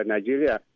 Nigeria